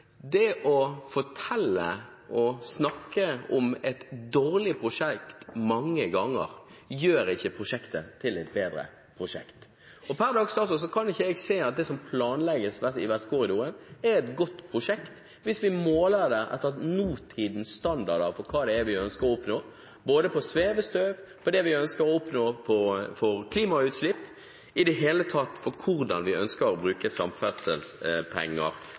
det å fortelle og å snakke om et dårlig prosjekt mange ganger gjør ikke prosjektet til et bedre prosjekt. Per dags dato kan jeg ikke se at det som planlegges i Vestkorridoren, er et godt prosjekt, hvis vi måler det etter nåtidens standarder for hva vi ønsker å oppnå når det gjelder både svevestøv og klimagassutslipp – i det hele tatt hvordan vi ønsker å bruke